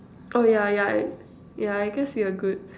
oh yeah yeah yeah I guess we're good